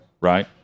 right